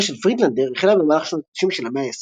הקריירה של פרידלנדר החלה במהלך שנות ה-90 של המאה